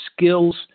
skills